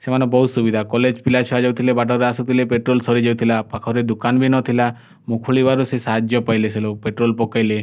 ସେମାନେ ବହୁତ୍ ସୁବିଧା କଲେଜ୍ ପିଲା ଛୁଆ ଯାଉଥିଲେ ବାଟରେ ଆସୁଥିଲେ ପେଟ୍ରୋଲ୍ ସରିଯାଉଥିଲା ପାଖରେ ଦୁକାନ୍ ବି ନଥିଲା ମୁଁ ଖୋଲିବାରୁ ସାହାଯ୍ୟ ପାଇଲେ ସେ ଲୋକ୍ ପେଟ୍ରୋଲ୍ ପକାଇଲେ